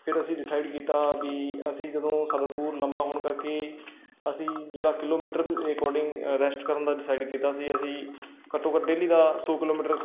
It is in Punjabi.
ਫਿਰ ਅਸੀਂ ਡਿਸਾਈਡ ਕੀਤਾ ਵੀ ਅਸੀਂ ਜਦੋਂ ਸਾਡਾ ਟੂਰ ਲੰਬਾ ਹੋਣ ਕਰਕੇ ਅਸੀਂ ਜਿਹੜਾ ਕਿਲੋਮੀਟਰ ਦੇ ਅਕੋਰਡਿੰਗ ਰੈਸਟ ਕਰਨ ਦਾ ਡਿਸਾਈਡ ਕੀਤਾ ਸੀ ਅਸੀਂ ਘੱਟੋ ਘੱਟ ਡੇਲੀ ਦਾ ਸੌ ਕਿਲੋਮੀਟਰ